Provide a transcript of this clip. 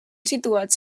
situats